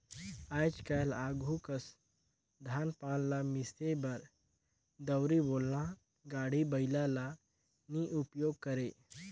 आएज काएल आघु कस धान पान ल मिसे बर दउंरी, बेलना, गाड़ी बइला ल नी उपियोग करे